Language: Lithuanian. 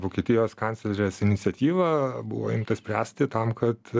vokietijos kanclerės iniciatyva buvo imta spręsti tam kad